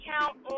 count